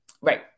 Right